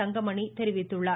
தங்கமணி தெரிவித்துள்ளார்